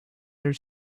their